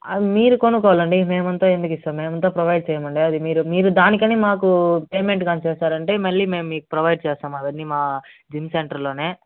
అవి మీరు కొనుక్కోవాలి అండి మేమంతా ఎందుకు ఇస్తాం మేమంతా ప్రొవైడ్ చేయమండి అది మీరు మీరు దాని కని మాకు పేమెంట్ కాని చేసారంటే మళ్ళీ మేం మీకు ప్రొవైడ్ చేస్తాం అవన్ని మా జిమ్ సెంటర్లోనే